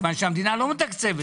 כיוון שהמדינה לא מתקצבת.